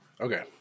Okay